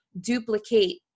duplicate